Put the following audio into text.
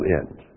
end